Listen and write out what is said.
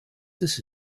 this